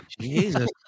Jesus